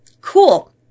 Cool